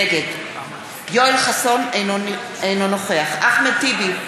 נגד יואל חסון, אינו נוכח אחמד טיבי,